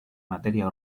materia